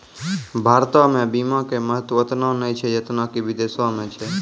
भारतो मे बीमा के महत्व ओतना नै छै जेतना कि विदेशो मे छै